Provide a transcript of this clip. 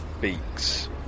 Beaks